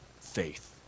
faith